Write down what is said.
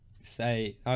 say